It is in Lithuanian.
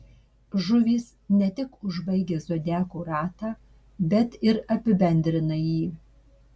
žuvys ne tik užbaigia zodiako ratą bet ir apibendrina jį